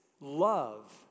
love